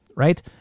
Right